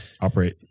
operate